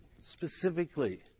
specifically